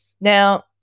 Now